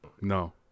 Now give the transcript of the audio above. No